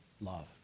love